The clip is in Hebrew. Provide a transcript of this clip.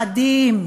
מפחדים.